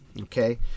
Okay